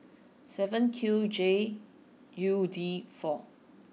seven Q J U D four